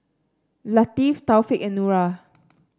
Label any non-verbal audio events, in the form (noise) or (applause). Latif Taufik and Nura (noise)